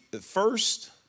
First